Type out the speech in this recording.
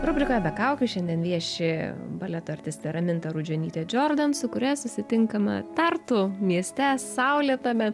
rubrikoje be kaukių šiandien vieši baleto artistė raminta rudžionytė džiordan su kuria susitinkame tartu mieste saulėtame